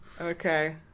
Okay